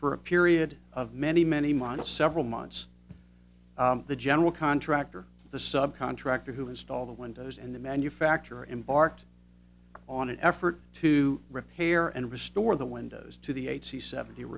for a period of many many model several months the general contractor the sub contractor who install the windows and the manufacturer embarked on an effort to repair and restore the windows to the eight c seventy